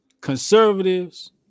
conservatives